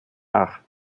acht